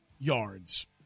yards